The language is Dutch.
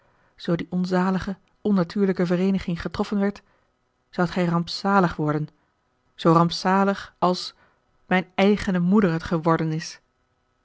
die onzalige onnatuurlijke vereeniging getroffen werd zoudt gij rampzalig worden zoo rampzalig als mijne eigene moeder het geworden is